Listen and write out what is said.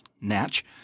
Natch